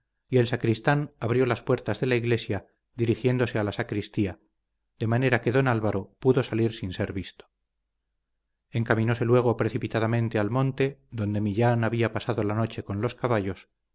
y el sacristán abrió las puertas de la iglesia dirigiéndose a la sacristía de manera que don álvaro pudo salir sin ser visto encaminóse luego precipitadamente al monte donde millán había pasado la noche con los caballos